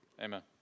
Amen